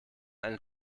eine